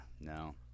no